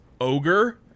ogre